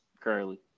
currently